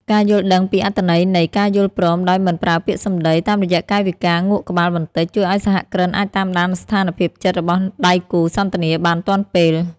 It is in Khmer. ការយល់ដឹងពីអត្ថន័យនៃ "ការយល់ព្រមដោយមិនប្រើពាក្យសំដី" តាមរយៈកាយវិការងក់ក្បាលបន្តិច ជួយឱ្យសហគ្រិនអាចតាមដានស្ថានភាពចិត្តរបស់ដៃគូសន្ទនាបានទាន់ពេល។